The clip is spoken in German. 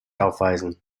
aufweisen